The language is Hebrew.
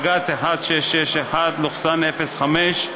בג״ץ 1661/05,